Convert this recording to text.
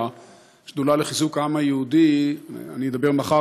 והשדולה לחיזוק העם היהודי אני אדבר מחר,